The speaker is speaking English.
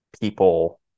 people